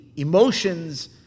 emotions